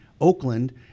Oakland